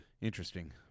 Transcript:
interesting